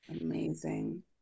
Amazing